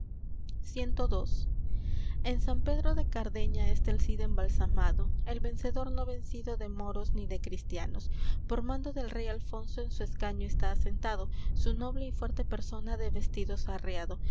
cii en sant pedro de cardeña está el cid embalsamado el vencedor no vencido de moros ni de cristianos por mando del rey alfonso en su escaño está asentado su noble y fuerte persona de vestidos